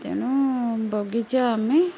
ତେଣୁ ବଗିଚା ଆମେ